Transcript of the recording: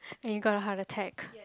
and you gonna have to take